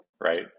Right